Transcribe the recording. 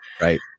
Right